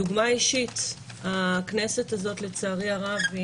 דוגמה אישית הכנסת הזאת לצערי הרב היא